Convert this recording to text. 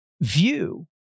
view